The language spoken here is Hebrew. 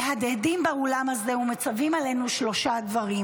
מהדהדים באולם הזה ומצווים עלינו שלושה דברים: